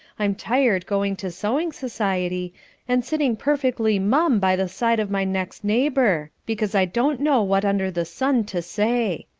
i'm tired going to sewing society and sitting perfectly mum by the side of my next neighbour, because i don't know what under the sun to say.